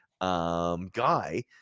Guy